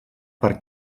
per